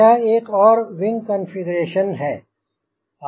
यह एक और विंग कन्फ़िग्यरेशन है